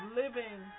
living